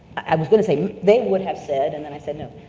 i was gonna say they would have said, and then i said no,